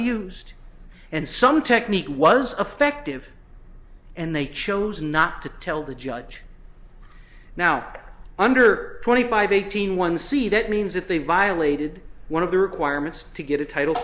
used and some technique was affective and they chose not to tell the judge now under twenty five eighteen one c that means that they violated one of the requirements to get a title